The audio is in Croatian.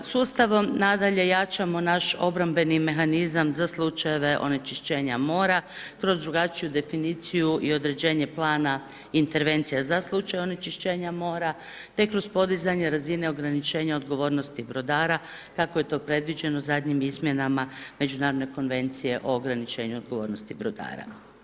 Sustavom nadalje jačamo naš obrambeni mehanizam za slučajeve onečišćenja mora kroz drugačiju definiciju i određenje plana intervencija za slučaj onečišćenja mora, te kroz podizanje razine ograničenja odgovornosti brodara kako je to predviđeno zadnjim izmjenama međunarodne konvencije o ograničenju odgovornosti brodara.